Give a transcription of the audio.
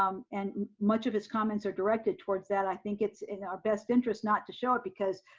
um and much of his comments are directed towards that, i think it's in our best interest not to show it because,